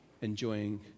enjoying